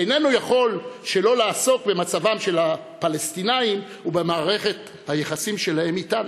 איננו יכול שלא לעסוק במצבם של הפלסטינים ובמערכת היחסים שלהם אתנו.